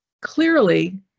clearly